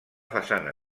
façana